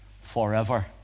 forever